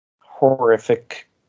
horrific